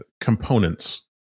components